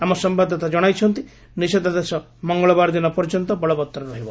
ଆମ ସମ୍ଭାଦଦାତା ଜଣାଇଛନ୍ତି ନିଷେଧାଦେଶ ମଙ୍ଗଳବାର ଦିନ ପର୍ଯ୍ୟନ୍ତ ବଳବତ୍ତର ରହିବ